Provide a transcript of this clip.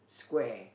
square